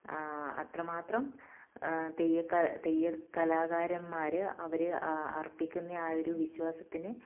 അത്രമാത്രം തെയ്യക തെയ്യകലാകാരന്മാർ അവർ അർപ്പിക്കുന്ന ആ ഒരു വിശ്വാസത്തിന്